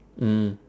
mm